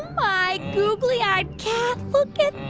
my googly-eyed cat. look at